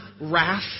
wrath